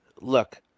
Look